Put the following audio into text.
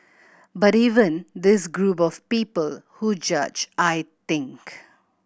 but even this group of people who judge I think